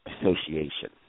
association